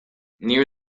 near